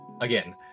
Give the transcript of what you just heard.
again